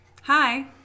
Hi